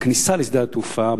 בכניסה לשדה התעופה,